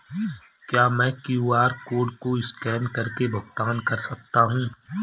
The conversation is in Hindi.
क्या मैं क्यू.आर कोड को स्कैन करके भुगतान कर सकता हूं?